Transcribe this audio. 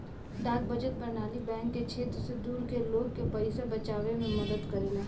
डाक बचत प्रणाली बैंक के क्षेत्र से दूर के लोग के पइसा बचावे में मदद करेला